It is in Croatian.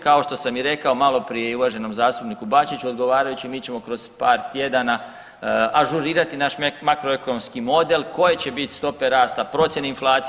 Kao što sam i rekao malo prije i uvaženom zastupniku Bačiću odgovarajući mi ćemo kroz par tjedana ažurirati naš makroekonomski model koje će biti stope rasta, procjene inflacije.